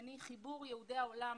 השני חיבור יהודי העולם